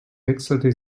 wechselte